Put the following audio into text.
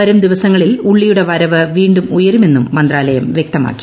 വരും ദിവസങ്ങളിൽ ഉള്ളിയുടെ വരവ് വീും ഉയരുമെന്നും മന്ത്രാലയം വൃക്തമാക്കി